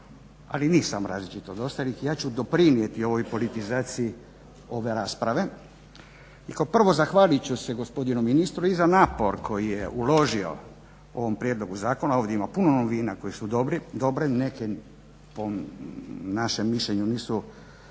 ali nisam različit od ostalih. Ja ću doprinijeti ovoj politizaciji ove rasprave i kao prvo zahvalit ću se gospodinu ministru i za napor koji je uložio u ovom prijedlogu zakona. Ovdje ima puno novina koje su dobre, neke po našem mišljenju nisu